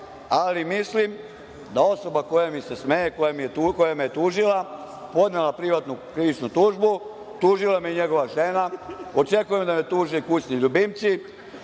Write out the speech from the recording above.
ali mislim da osoba koja mi se smeje, koja me je tužila, podnela privatnu krivičnu tužbu, tužila me i njegova žena, očekujem da me tuže i kućni ljubimci,